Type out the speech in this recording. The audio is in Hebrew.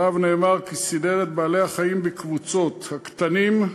עליו נאמר כי סידר את בעלי-החיים בקבוצות: הקטנים,